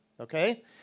Okay